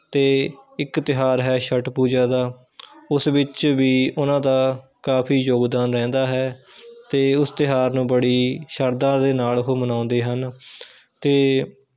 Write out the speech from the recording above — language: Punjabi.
ਅਤੇ ਇੱਕ ਤਿਹਾਰ ਹੈ ਛਠ ਪੂਜਾ ਦਾ ਉਸ ਵਿੱਚ ਵੀ ਉਹਨਾਂ ਦਾ ਕਾਫੀ ਯੋਗਦਾਨ ਰਹਿੰਦਾ ਹੈ ਅਤੇ ਉਸ ਤਿਉਹਾਰ ਨੂੰ ਬੜੀ ਸ਼ਰਧਾ ਦੇ ਨਾਲ ਉਹ ਮਨਾਉਂਦੇ ਹਨ ਅਤੇ